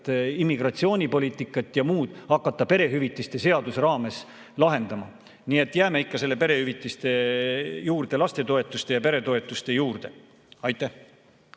immigratsioonipoliitikat ja muud hakata perehüvitiste seaduse raames lahendama. Nii et jääme ikka perehüvitiste juurde, lastetoetuste ja peretoetuste juurde. Ülle